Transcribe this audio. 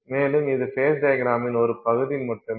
மேலும் இது ஃபேஸ் டையக்ரமின் ஒரு பகுதி மட்டுமே